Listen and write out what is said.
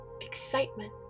excitement